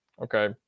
Okay